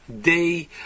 day